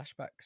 flashbacks